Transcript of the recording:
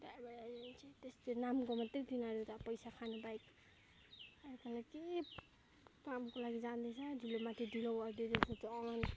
डाइभरहरू छिः त्यस्तो नामको मात्रै तिनीहरू त पैसा खानु बाहेक अर्कालाई केही कामको लागि जाँदैछ ढिलोमाथि ढिलो गरिदिँदैछ झन्